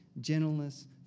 gentleness